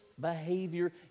behavior